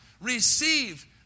receive